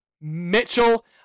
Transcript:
Mitchell